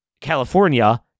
California